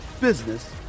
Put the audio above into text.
business